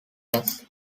years